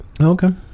Okay